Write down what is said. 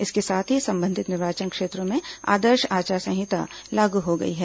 इसके साथ ही संबंधित निर्वाचन क्षेत्रों में आदर्श आचार संहिता लागू हो गया है